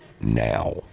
now